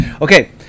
Okay